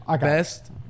best